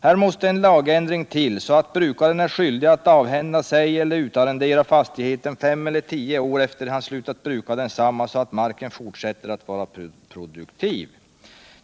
” Här måste en lagändring till, så att brukaren är skyldig att avhända sig eller utarrendera fastigheten 5 eller 10 år efter det han slutat bruka densamma, så att marken fortsätter att vara produktiv.